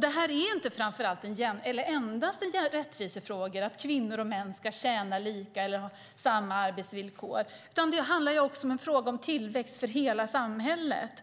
Det här är inte endast rättvisefrågor, att kvinnor och män ska tjäna lika eller ha samma arbetsvillkor, utan det handlar också om tillväxt för hela samhället.